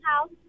house